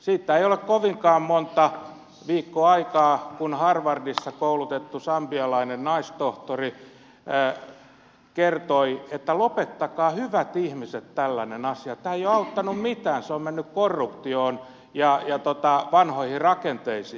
siitä ei ole kovinkaan monta viikkoa aikaa kun harvardissa koulutettu sambialainen naistohtori kertoi että lopettakaa hyvät ihmiset tällainen asia että tämä ei ole auttanut mitään se on mennyt korruptioon ja vanhoihin rakenteisiin